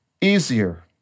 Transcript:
easier